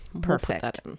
Perfect